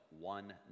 one